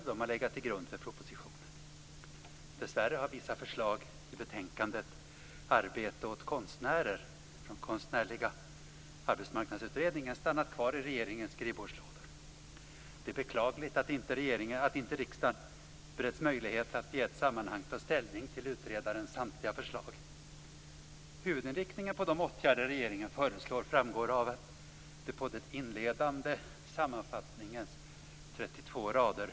Dessa har legat till grund för propositionen. Dessvärre har vissa förslag i betänkandet Arbete åt konstnärer från Konstnärliga arbetsmarknadsutredningen stannat kvar i regeringens skrivbordslådor. Det är beklagligt att riksdagen inte har beretts möjlighet att i ett sammanhang ta ställning till utredarens samtliga förslag. Huvudinriktningen avseende de åtgärder som regeringen föreslår framgår av den inledande sammanfattningens 32 rader.